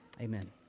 Amen